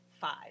five